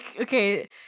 okay